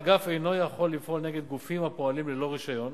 האגף אינו יכול לפעול נגד גופים הפועלים ללא רשיון